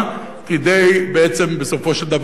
כדי בסופו של דבר לקפח?